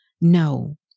No